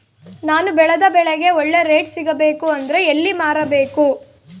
ನಾನು ಬೆಳೆದ ಬೆಳೆಗೆ ಒಳ್ಳೆ ರೇಟ್ ಸಿಗಬೇಕು ಅಂದ್ರೆ ಎಲ್ಲಿ ಮಾರಬೇಕು?